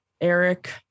Eric